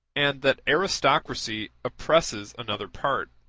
and that aristocracy oppresses another part.